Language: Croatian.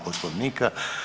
Poslovnika.